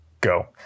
go